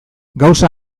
gauza